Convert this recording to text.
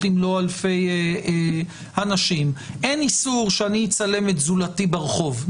אם לא אלפי אנשים אין איסור שאני אצלם את זולתי ברחוב,